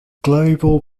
global